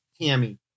Tammy